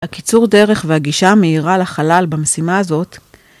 הקיצור דרך והגישה מהירה לחלל במשימה הזאת